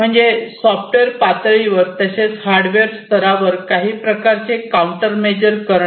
म्हणजे सॉफ्टवेअर पातळीवर तसेच हार्डवेअर स्तरावर काही प्रकारचे काउंटरमेजर करणे